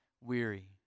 weary